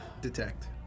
detect